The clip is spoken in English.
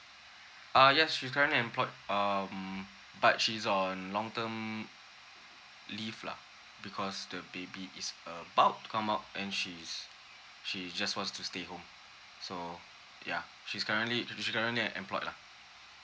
ah yes she's currently employed um but she's on long term leave lah because the baby is about to come out and she's she just wants to stay home so yeah she's currently she's currently employed lah